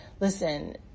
listen